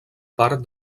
part